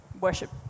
worship